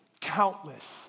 countless